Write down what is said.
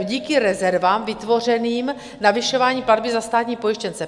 Díky rezervám vytvořeným navyšováním platby za státní pojištěnce.